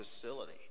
facility